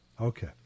Okay